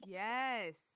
yes